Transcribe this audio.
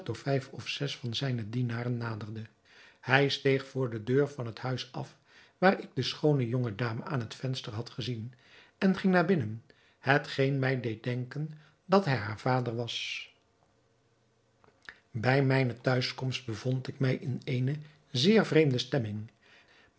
vijf of zes van zijne dienaren naderde hij steeg voor de deur van het huis af waar ik de schoone jonge dame aan het venster had gezien en ging naar binnen hetgeen mij deed denken dat hij haar vader was bij mijne tehuiskomst bevond ik mij in eene zeer vreemde stemming